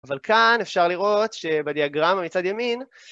אבל כאן אפשר לראות שבדיאגרמה מצד ימין...